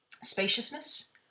spaciousness